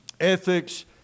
ethics